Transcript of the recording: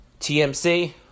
TMC